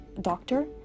doctor